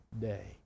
day